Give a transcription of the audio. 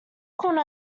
corner